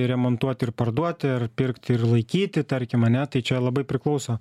remontuoti ir parduoti ar pirkti ir laikyti tarkim ane tai čia labai priklauso